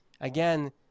Again